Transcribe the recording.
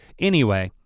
anyway,